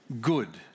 good